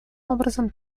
образом